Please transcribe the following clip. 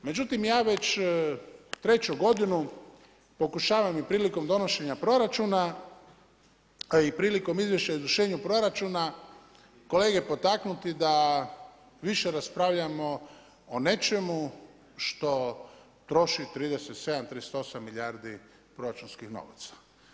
Međutim ja već treću godinu pokušavam i prilikom donošenja proračuna i prilikom izvješća o izvršenju proračuna kolege potaknuti da više raspravljao o nečemu što troši 37, 38 milijardi proračunskih novaca.